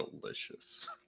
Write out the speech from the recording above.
delicious